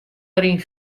deryn